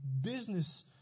business